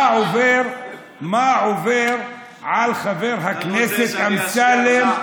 מה עובר על חבר הכנסת אמסלם,